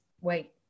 wait